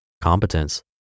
competence